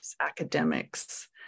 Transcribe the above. academics